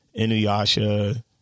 Inuyasha